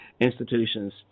institutions